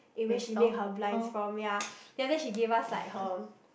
eh where she made her blinds from ya then that she gave us like her